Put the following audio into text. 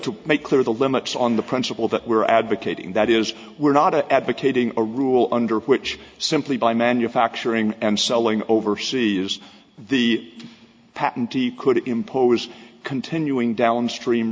to make clear the limits on the principle that we're advocating that is we're not advocating a rule under which simply by manufacturing and selling oversea is the patent he could impose continuing downstream